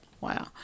Wow